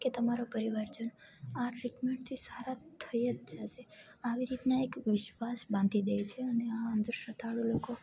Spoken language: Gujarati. કે તમારો પરિવારજન આ ટ્રીટમેન્ટથી સારા થઈ જ જશે આવી રીતના એક વિશ્વાસ બાંધી દે છે અને આ અંધશ્રદ્ધાળુ લોકો